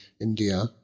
india